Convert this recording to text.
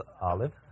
Olive